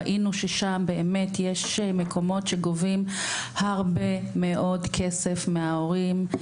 ראינו ששם באמת יש מקומות שגובים הרבה מאוד כסף מההורים.